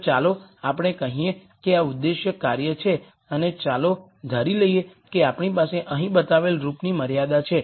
તો ચાલો આપણે કહીએ કે આ ઉદ્દેશ્ય કાર્ય છે અને ચાલો ધારી લઈએ કે આપણી પાસે અહીં બતાવેલ રૂપની મર્યાદા છે